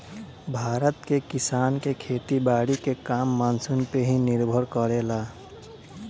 भारत के किसान के खेती बारी के काम मानसून पे ही निर्भर करेला